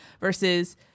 versus